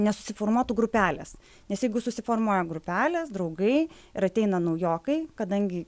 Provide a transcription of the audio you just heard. nesusiformuotų grupelės nes jeigu susiformuoja grupelės draugai ir ateina naujokai kadangi